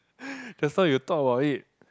just now you talk about it